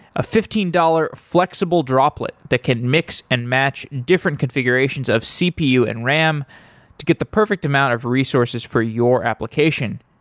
a fifteen dollars flexible droplet that can mix and match different configurations of cpu and ram to get the perfect amount of resources for your application.